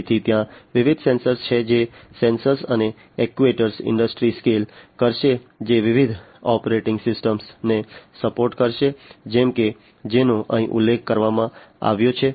તેથી ત્યાં વિવિધ સેન્સર્સ છે જે સેન્સર્સ અને એક્ટ્યુએટર્સ ઇન્ડસ્ટ્રી સ્કેલ કરશે જે વિવિધ ઓપરેટિંગ સિસ્ટમ્સને સપોર્ટ કરશે જેમ કે જેનો અહીં ઉલ્લેખ કરવામાં આવ્યો છે